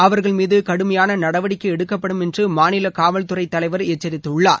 அவர்கள் மீது கடுமையான நடவடிக்கை எடுக்க்பபடுமென்று மாநில காவல்துறை தலைவர் எச்சரித்துள்ளார்